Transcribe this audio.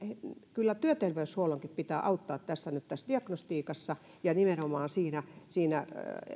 kyllä työterveyshuollonkin pitää nyt auttaa tässä diagnostiikassa ja nimenomaan siinä siinä